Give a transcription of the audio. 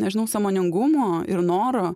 nežinau sąmoningumo ir noro